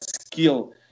skill